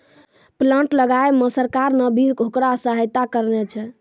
plant लगाय मॅ सरकार नॅ भी होकरा सहायता करनॅ छै